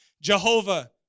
Jehovah